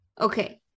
Okay